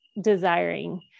desiring